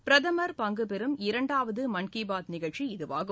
பிரதமர் பங்கு பெறும் இரண்டாவது மன் கி பாத் நிகழ்ச்சி இதுவாகும்